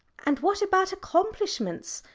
and what about accomplishments?